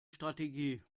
strategie